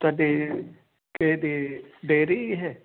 ਤੁਹਾਡੇ ਕਿਹਦੀ ਡੇਅਰੀ ਇਹ